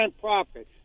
profit